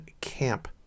Camp